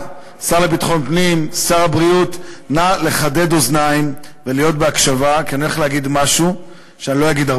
שר הבריאות יעלה וישיב בצורה מסודרת על